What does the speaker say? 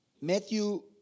Matthew